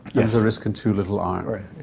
there's a risk in too little iron.